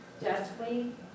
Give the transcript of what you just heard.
justly